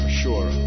sure